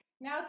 now